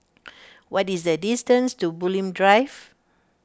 what is the distance to Bulim Drive